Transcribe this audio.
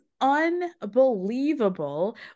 unbelievable